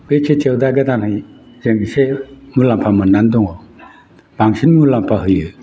बे खेथियाव दा गोदानै जों इसे मुलाम्फा मोननानै दङ बांसिन मुलाम्फा होयो